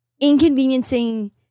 Inconveniencing